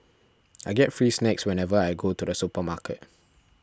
I get free snacks whenever I go to the supermarket